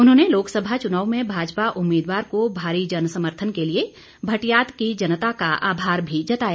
उन्होंने लोकसभा चुनाव में भाजपा उम्मीदवार को भारी जनसमर्थन के लिए भटियात की जनता का आभार भी जताया